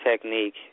Technique